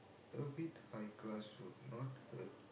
a bit high class food not